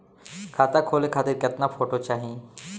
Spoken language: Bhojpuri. खाता खोले खातिर केतना फोटो चाहीं?